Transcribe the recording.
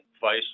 vice